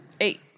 Eight